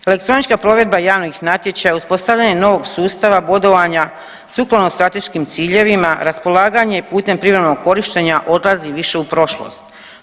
Elektronička provedba javnih natječaja, uspostavljanje novog sustava bodovanja sukladno strateškim ciljevima, raspolaganje putem privremenog korištenja odlazi više u prošlost.